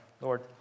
Lord